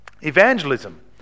Evangelism